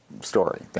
story